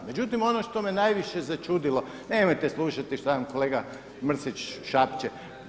Međutim, ono što me najviše začudilo, nemojte slušati šta vam kolega Mrsić šapče.